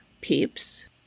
peeps